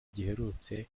giherutse